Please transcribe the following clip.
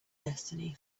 destiny